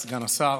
סגן השר,